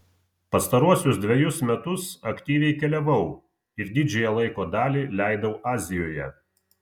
pastaruosius dvejus metus aktyviai keliavau ir didžiąją laiko dalį leidau azijoje